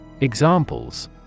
Examples